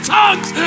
tongues